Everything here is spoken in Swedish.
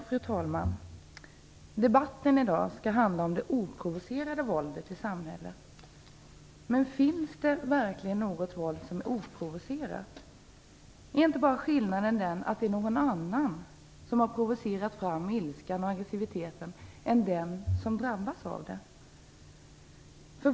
Fru talman! Debatten i dag skall handla om det oprovocerade våldet i samhället. Men finns det verkligen något våld som är oprovocerat? Är det inte bara någon annan som har provocerat fram ilskan och aggressiviteten än den som drabbas?